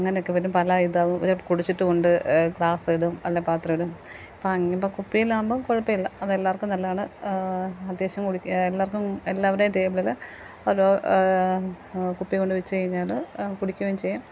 അങ്ങനൊക്കെ വരും പല ഇതും കുടിച്ചിട്ടും ഉണ്ട് ക്ലാസിടും അല്ലെങ്കിൽ പാത്രം ഇടും അപ്പം അങ്ങ ഇപ്പോൾ കുപ്പിയിലാവുമ്പം കുഴപ്പം ഇല്ല അത് എല്ലാവർക്കും നല്ലതാണ് അത്യാവശ്യം കുടി എല്ലാവർക്കും എല്ലാവരുടെയും ടേബിളിൽ ഓരോ കുപ്പി കൊണ്ട് വെച്ച് കഴിഞ്ഞാൽ കുടിക്കുകയും ചെയ്യും